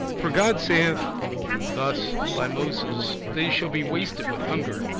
for god saith thus by moses, they shall be wasted with hunger,